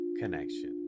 connection